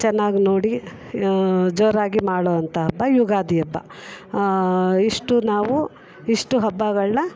ಚೆನ್ನಾಗಿ ನೋಡಿ ಜೋರಾಗಿ ಮಾಡುವಂಥ ಹಬ್ಬ ಯುಗಾದಿ ಹಬ್ಬ ಇಷ್ಟು ನಾವು ಇಷ್ಟು ಹಬ್ಬಗಳನ್ನ